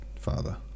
father